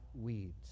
weeds